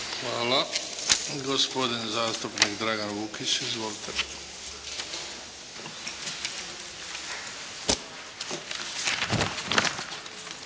Hvala. Gospodin zastupnik Dragan Vukić. Izvolite.